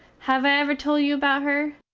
have i ever tole you about her?